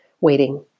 Waiting